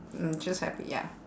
mm just happy ya